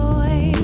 Joy